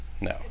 No